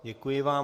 Děkuji vám.